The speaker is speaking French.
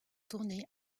tourner